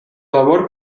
labor